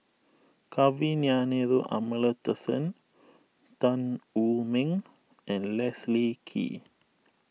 Kavignareru Amallathasan Tan Wu Meng and Leslie Kee